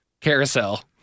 carousel